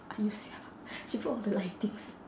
I use sia she put all the lightings